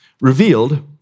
revealed